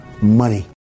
money